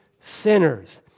sinners